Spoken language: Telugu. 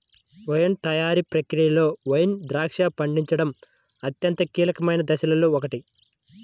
వైన్ తయారీ ప్రక్రియలో వైన్ ద్రాక్ష పండించడం అత్యంత కీలకమైన దశలలో ఒకటి